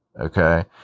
Okay